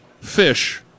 fish